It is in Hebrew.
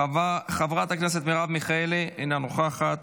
חברת הכנסת מרב מיכאלי, אינה נוכחת,